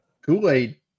Kool-Aid